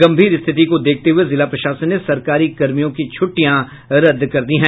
गंभीर स्थिति को देखते हुए जिला प्रशासन ने सरकारी कर्मियों की छुट्टियां रद्द कर दी हैं